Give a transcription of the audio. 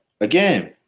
again